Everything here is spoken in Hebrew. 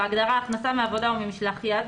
בהגדרה "הכנסה מעבודה או ממשלח יד",